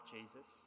Jesus